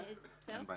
אין בעיה.